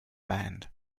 band